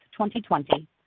2020